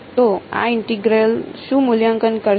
તો આ ઇન્ટેગ્રલ શું મૂલ્યાંકન કરશે